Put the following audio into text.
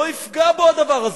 לא יפגע בו הדבר הזה.